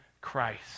Christ